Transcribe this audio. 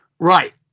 right